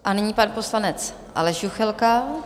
A nyní pan poslanec Aleš Juchelka.